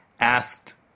asked